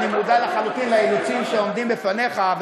אני מודע לחלוטין לאילוצים שעומדים בפניך.